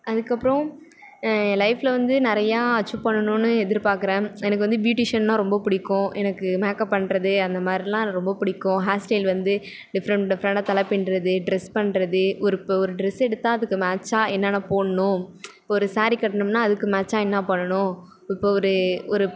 அதுக்கப்புறம் என் லைஃபில் வந்து நிறைய அச்சுவ் பண்ணணும்னு எதிர்பார்க்குறேன் எனக்கு வந்து பியூட்டிஷன்னா ரொம்ப பிடிக்கும் எனக்கு மேக்கப் பண்ணுறது அந்தமாதிரிலாம் ரொம்ப பிடிக்கும் ஹேர் ஸ்டைல் வந்து டிஃப்ரெண்ட் டிஃப்ரெண்ட்டாக தலை பின்னுறது ட்ரெஸ் பண்ணுறது ஒரு இப்போ ஒரு ட்ரெஸ் எடுத்தா அதுக்கு மேட்ச்சா என்னென்ன போட்ணும் இப்ப ஒரு சாரீ கட்டணும்ன்னால் அதுக்கு மேட்ச்சாக என்ன பண்ணணும் இப்போ ஒரு ஒரு